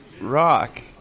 Rock